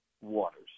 waters